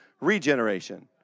regeneration